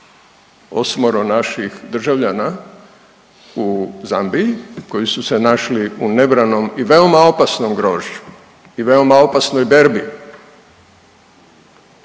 osmoro naših državljana u Zambiji koji su se našli u nebranom i veoma opasnom grožđu i veoma opasnoj berbi,